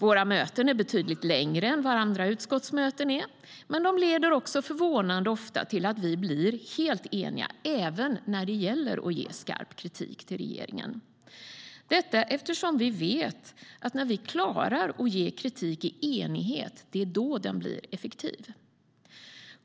Våra möten är betydligt längre än andra utskottsmöten, men så leder de också förvånande ofta till att vi blir helt eniga, även när det gäller att ge skarp kritik till regeringen. Vi vet att när vi klarar av att ge kritik i enighet blir den också effektiv.